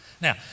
Now